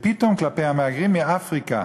ופתאום כלפי המהגרים מאפריקה,